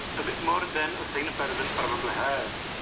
a bit more than a sane person probably has.